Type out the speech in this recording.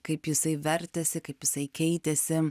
kaip jisai vertėsi kaip jisai keitėsi